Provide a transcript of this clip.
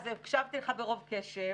אז הקשבתי לך ברוב קשב.